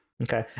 Okay